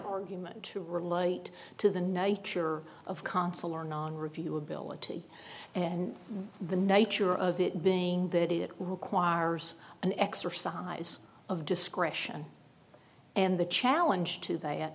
or to relate to the nature of consul or non review ability and the nature of it being that it requires an exercise of discretion and the challenge to th